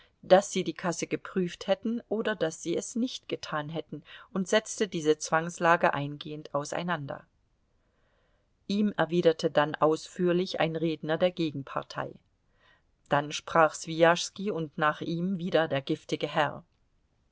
daß sie die kasse geprüft hätten oder daß sie es nicht getan hätten und setzte diese zwangslage eingehend auseinander ihm erwiderte dann ausführlich ein redner der gegenpartei dann sprach swijaschski und nach ihm wieder der giftige herr